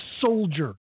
soldier